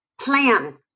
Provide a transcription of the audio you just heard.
plan